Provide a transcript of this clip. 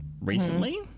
recently